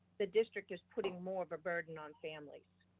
the district is putting more of a burden on families.